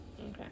Okay